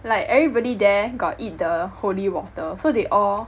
like everybody there got eat the holy water so they all